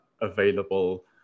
available